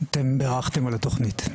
אתם בירכתם על התוכנית.